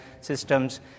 systems